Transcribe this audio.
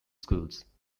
schools